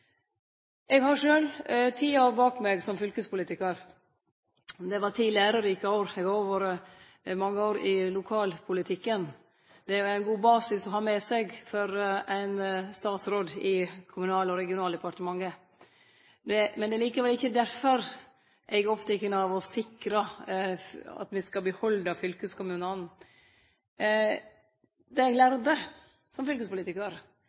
Eg har sjølv ti år bak meg som fylkespolitikar. Det var ti lærerike år. Eg har òg vore mange år i lokalpolitikken. Det er ein god basis å ha med seg for ein statsråd i Kommunal- og regionaldepartementet. Men det er likevel ikkje derfor eg er oppteken av å sikre at me skal behalde fylkeskommunen. Det eg lærde som fylkespolitikar,